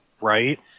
right